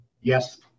Yes